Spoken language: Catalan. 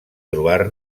trobar